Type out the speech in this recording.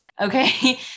Okay